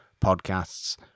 podcasts